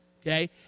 okay